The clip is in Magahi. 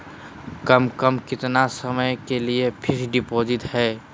कम से कम कितना समय के लिए फिक्स डिपोजिट है?